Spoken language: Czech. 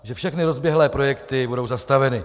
Že všechny rozběhlé projekty budou zastaveny.